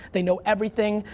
they know everything.